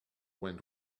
went